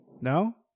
no